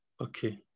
okay